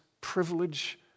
privilege